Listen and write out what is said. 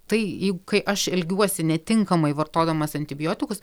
tai jei kai aš elgiuosi netinkamai vartodamas antibiotikus